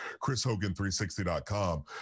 chrishogan360.com